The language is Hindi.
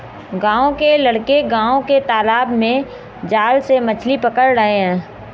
गांव के लड़के गांव के तालाब में जाल से मछली पकड़ रहे हैं